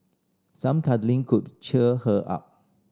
some cuddling could cheer her up